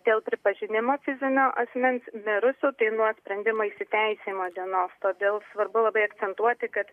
dėl pripažinimo fizinio asmens mirusiu nuo sprendimo įsiteisėjimo dienos todėl svarbu labai akcentuoti kad